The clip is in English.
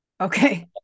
okay